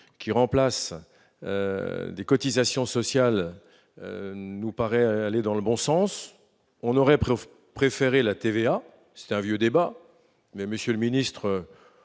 qui remplace des cotisations sociales nous paraît aller dans le bon sens on aurait prof préféré la TVA, c'est un vieux débat, mais Monsieur le Ministre,